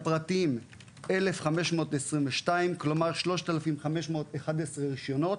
לפרטיים -1,522, כלומר, 3,511 רישיונות,